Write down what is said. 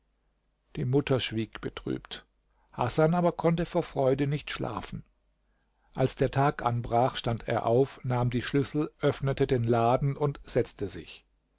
die mutter schwieg betrübt hasan aber konnte vor freude nicht schlafen als der tag anbrach stand er auf nahm die schlüssel öffnete den laden und setzte sich